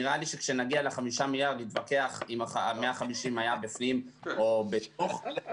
נראה שכשנגיע ל-5 מיליארד נתווכח אם 150 מיליון היה בפנים או בתוך.